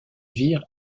vire